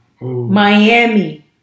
Miami